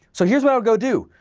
so here's what i'll go do.